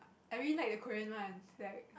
I really like the Korean one like